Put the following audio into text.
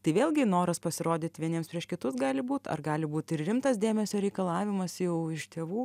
tai vėlgi noras pasirodyt vieniems prieš kitus gali būt ar gali būt ir rimtas dėmesio reikalavimas jau iš tėvų